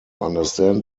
understand